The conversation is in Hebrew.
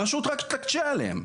הרשות רק תקשה עליהם.